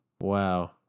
Wow